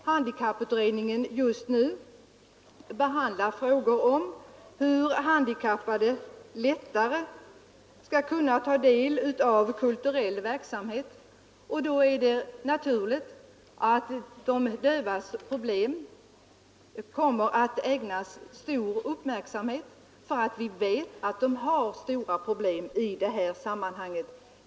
Handikapputredningen behandlar just nu frågor om hur handikappade lättare skall kunna ta del av kulturell verksamhet. Det är då naturligt att de dövas problem kommer att ägnas stor uppmärksamhet. Vi vet ju att de har stora problem i detta sammanhang.